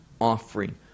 offering